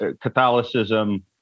Catholicism